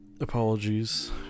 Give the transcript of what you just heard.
apologies